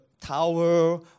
tower